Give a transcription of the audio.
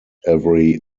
every